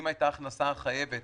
אם הייתה ההכנסה החייבת